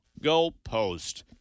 goalpost